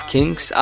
Kings